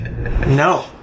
No